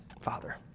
Father